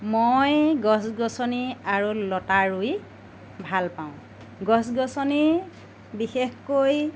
মই গছ গছনি আৰু লতা ৰুই ভাল পাওঁ গছ গছনি বিশেষকৈ